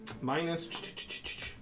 Minus